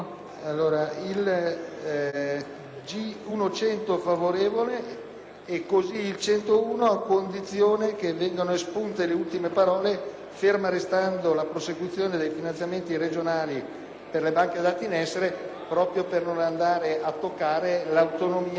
del giorno G1.101, a condizione che vengano espunte le ultime parole "ferma restando la prosecuzione dei finanziamenti regionali per la banca dati in essere", proprio per non andare a toccare l'autonomia finanziaria delle Regioni.